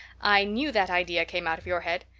i knew that idea came out of your head.